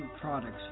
products